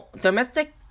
domestic